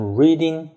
reading